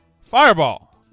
Fireball